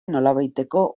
nolabaiteko